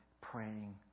praying